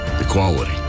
equality